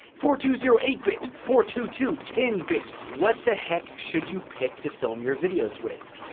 four two zero eight bit, four two two ten bit. what the heck should you pick to film your videos with?